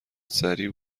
سریع